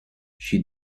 she